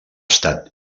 estat